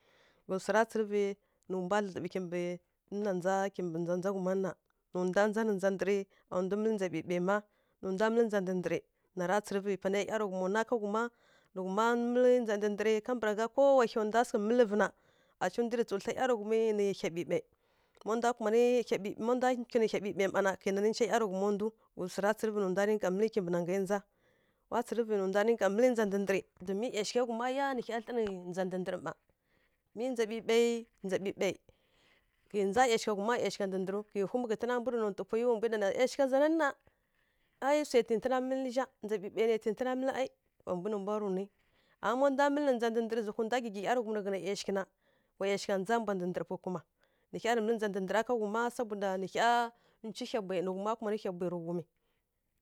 Hyi zǝ sara tsǝrǝvǝ nǝ mbwa dlǝdlǝɓǝ kimɓǝ nǝ nja mɓǝ nja wuma nǝ nǝ nda nja ra nda ndǝr a ndǝ mǝl njabǝbai nǝ nda mǝl ndǝrǝ nǝ tsǝrǝvǝ pa nǝ ˈyatǝghuma nu wu ma nǝ wuma nja nǝ wu ma mǝl sa ndǝndǝr ko wa hyi wu ma sǝghǝ mǝlǝvǝ nǝ cǝ nda rǝ tsu tla ˈyatǝghum nǝ hya bǝbǝyǝ ma nda kuma nǝ ma nda ngyi nǝ hyi bǝbǝyǝ mma na kǝ na ca ˈyatǝghum nda ghǝzǝ ra tsǝrǝvǝ nda rǝka mǝl nda ndǝr mǝ yaughǝ wu ma yaa nǝ gha tlǝ nǝ nda ndǝrǝ ma mǝ njabǝbai njabǝbai kǝ nda yaugha wu ma yaugha ndǝrǝw kǝ wum ghǝtǝn mbwa tǝ nu tǝ payi wǝ mbwa ɗa na yaugha zana nǝ na ai swa tǝntǝna mǝl nǝza hyǝ nǝ tǝntǝna mǝl i ma nda mǝl ndǝrǝ zǝyǝ nda mǝl gǝgiˈyatǝghum tǝ ghǝn yaughǝ nǝ wa yaughǝ nja mbwa ndǝrǝ pughǝ kuma nǝ hya rǝ mǝl ndǝr wu ma nǝ wu mara kuman nǝ ghǝ bwaya tǝ ghum.